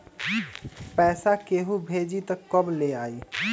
पैसा केहु भेजी त कब ले आई?